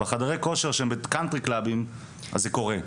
בחדרי הכושר שהם בקאנטרי קלאבים זה קורה.